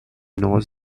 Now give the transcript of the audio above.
knows